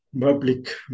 public